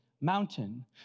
mountain